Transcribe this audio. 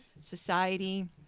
society